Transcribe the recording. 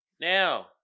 Now